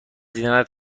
دیدنت